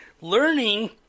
learning